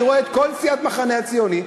אני רואה את כל סיעת המחנה הציוני,